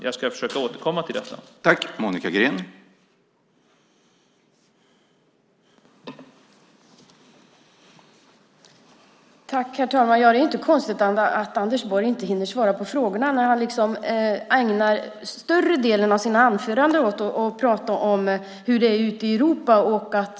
Jag ska försöka utveckla detta i mitt nästa inlägg.